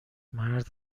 مرد